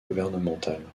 gouvernementale